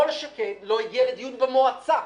כל שכן לא הגיע לדיון במועצה.